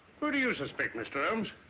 who do you suspect mr. holmes?